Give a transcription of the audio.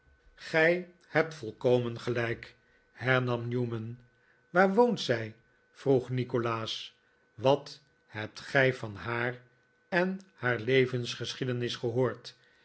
gij hebt volkomen gelijk hernam newman waar woont zij vroeg nikolaas wat hebt gij van haar en haar levensgeschiedenis gehoord